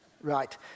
right